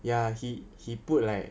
ya he he put like